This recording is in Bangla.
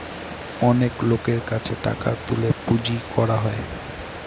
অনেক লোকের কাছে টাকা তুলে পুঁজি করা হয়